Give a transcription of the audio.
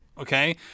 Okay